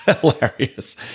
hilarious